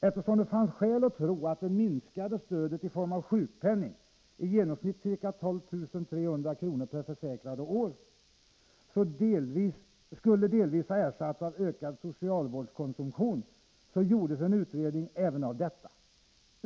Eftersom det fanns skäl att tro att det minskade stödet i form av sjukpenning — i genomsnitt ca 12.300 kronor per försäkrad och år — delvis ersattes av en ökad socialvårdskonsumtion gjordes en utredning även av detta.